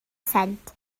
sent